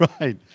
Right